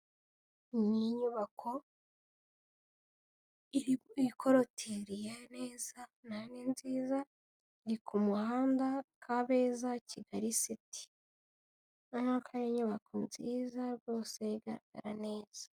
Ni inyubako ikorotiriye neza nayo ni nziza, iri ku muhanda Kabeza Kigali city, urabona ko ari inyubako nziza rwose igaragara neza.